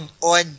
on